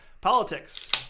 Politics